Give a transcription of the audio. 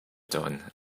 dawn